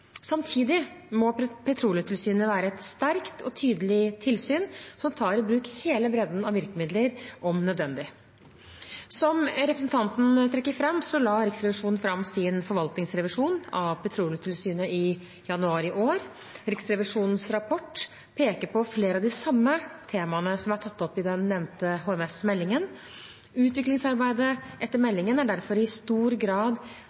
Samtidig må Petroleumstilsynet være et sterkt og tydelig tilsyn som tar i bruk hele bredden av virkemidler om nødvendig. Som representanten trekker fram, la Riksrevisjonen fram sin forvaltningsrevisjon av Petroleumstilsynet i januar i år. Riksrevisjonens rapport peker på flere av de samme temaene som er tatt opp i den nevnte HMS-meldingen. Utviklingsarbeidet etter meldingen er derfor i stor grad